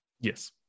Yes